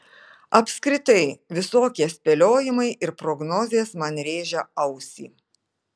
apskritai visokie spėliojimai ir prognozės man rėžia ausį